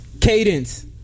Cadence